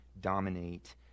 dominate